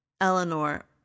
Eleanor